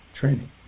training